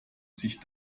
sich